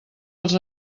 els